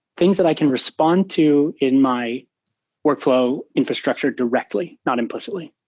things that i can respond to in my workflow infrastructure directly, not implicitly.